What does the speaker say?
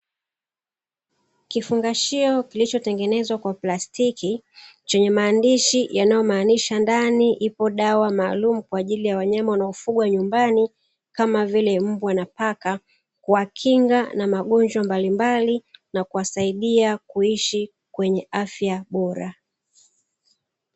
Kifungashio kilichotengenezwa kwa plastiki, chenye maandishi yanayomaanisha ndani ipo dawa maalumu kwa ajili ya wanyama wanaofugwa nyumbani kama vile mbwa na paka, kuwakinga na magonjwa mbalimbali, na kuwasaidia kuishi kwenye afya Bora.